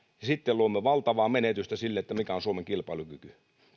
sitten luomme valtavaa menetystä sille mikä on suomen kilpailukyky